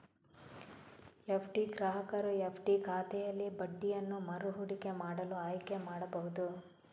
FD ಗ್ರಾಹಕರು FD ಖಾತೆಯಲ್ಲಿ ಬಡ್ಡಿಯನ್ನು ಮರು ಹೂಡಿಕೆ ಮಾಡಲು ಆಯ್ಕೆ ಮಾಡಬಹುದು